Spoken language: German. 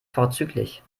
vorzüglich